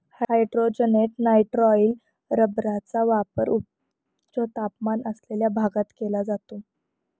hydrogenated nitrile रबरचा वापर उच्च तापमान असलेल्या भागात केला जातो